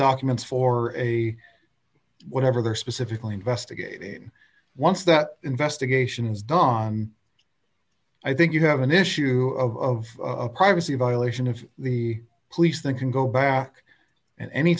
documents for a whatever they're specifically investigating once that investigation is done i think you have an issue of privacy violation of the police that can go back and any